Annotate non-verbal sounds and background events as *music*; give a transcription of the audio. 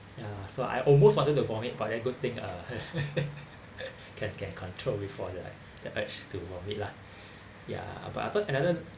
ya so I almost wanted to vomit but ya good thing ah *laughs* can can control before the like the urge to vomit lah ya but other another